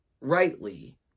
rightly